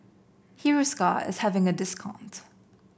Hiruscar is having a discount